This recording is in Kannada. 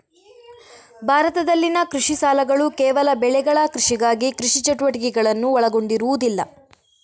ಭಾರತದಲ್ಲಿನ ಕೃಷಿ ಸಾಲಗಳುಕೇವಲ ಬೆಳೆಗಳ ಕೃಷಿಗಾಗಿ ಕೃಷಿ ಚಟುವಟಿಕೆಗಳನ್ನು ಒಳಗೊಂಡಿರುವುದಿಲ್ಲ